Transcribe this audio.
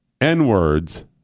n-words